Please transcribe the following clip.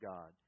God